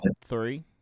three